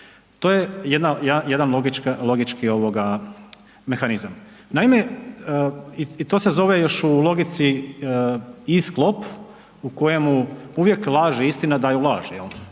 To je jedan logički mehanizam. Naime, i to se zove još u logici i sklop u kojemu uvijek lažna istina daju laž